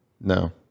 No